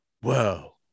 whoa